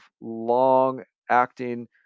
long-acting